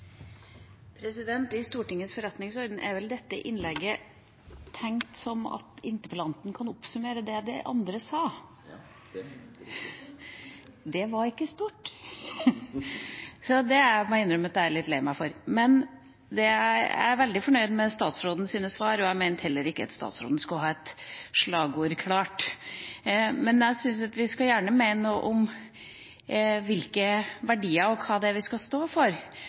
I Stortingets forretningsorden er vel dette innlegget tenkt som et innlegg der interpellanten kan oppsummere det de andre sa? Ja, det er helt riktig. Det var ikke stort, og det må jeg innrømme at jeg er litt lei meg for. Men jeg er veldig fornøyd med statsrådens svar, og jeg mente heller ikke at statsråden skulle ha et slagord klart. Jeg syns imidlertid at vi skal mene noe om hvilke verdier – og hva – vi skal stå for.